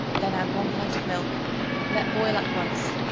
then add one pint of milk let boil up once.